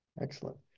Excellent